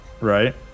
Right